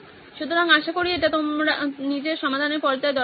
সুতরাং আশা করি এটি তোমার নিজের সমাধানের পর্যায়ে দরকারী ছিল